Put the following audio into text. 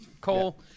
Cole